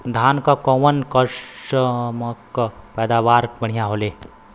धान क कऊन कसमक पैदावार बढ़िया होले?